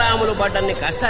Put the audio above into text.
um but about venkat